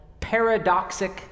paradoxic